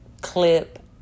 clip